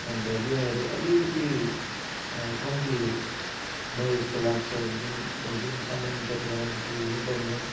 अन्त बिहाहरू अलिकति कम्ती भए जस्तो लाग्छ जुन अब जुन सामान्य तरिकामा जसरी हुनु पर्ने हो